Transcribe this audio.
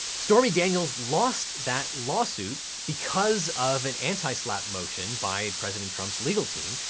stormy daniels lost that lawsuit because of an anti-slapp motion by president trump's legal team,